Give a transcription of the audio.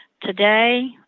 Today